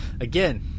again